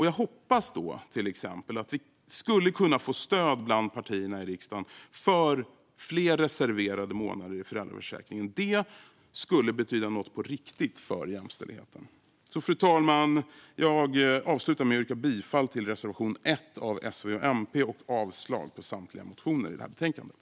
Jag hoppas till exempel att vi kan få stöd bland partierna i riksdagen för fler reserverade månader i föräldraförsäkringen. Det skulle betyda något på riktigt för jämställdheten. Fru talman! Jag yrkar bifall till reservation 1 från S, V och MP och avslag på samtliga motioner och reservationer i betänkandet.